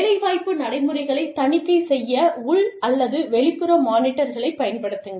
வேலைவாய்ப்பு நடைமுறைகளைத் தணிக்கை செய்ய உள் அல்லது வெளிப்புற மானிட்டர்களை பயன்படுத்துங்கள்